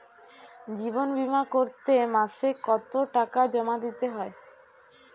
জীবন বিমা করতে মাসে কতো টাকা জমা দিতে হয়?